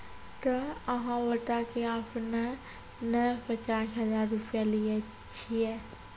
ते अहाँ बता की आपने ने पचास हजार रु लिए छिए?